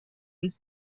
was